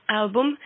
album